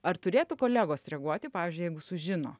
ar turėtų kolegos reaguoti pavyzdžiui jeigu sužino